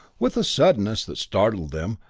with a suddenness that startled them,